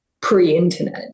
pre-internet